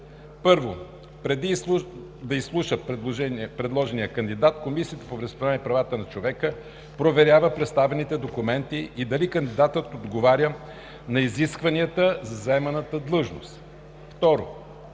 1. Преди да изслуша предложения кандидат, Комисията по вероизповеданията и правата на човека проверява представените документи и дали кандидатът отговаря на изискванията за заемане на длъжността.